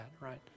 right